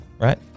Right